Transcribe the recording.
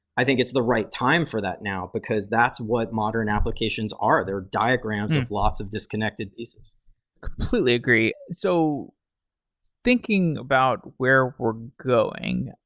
i think it's the right time for that now, because that's what modern applications are, they are diagrams of lots of disconnected pieces i completely agree. so thinking about where we're going,